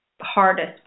hardest